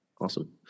Awesome